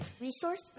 resource